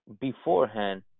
beforehand